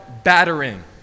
Battering